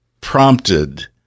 prompted